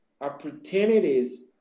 opportunities